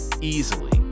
easily